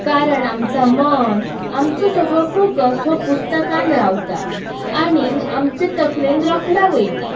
कारण आमचा मन आमचो सगळो फोकस हो पुस्तकान रावता आनीक आमचे तकलेन रोखडा वयता